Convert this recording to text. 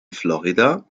florida